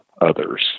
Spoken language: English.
others